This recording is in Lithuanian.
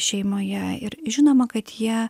šeimoje ir žinoma kad jie